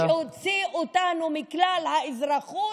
שהוציא אותנו מכלל האזרחות,